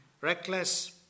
reckless